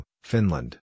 Finland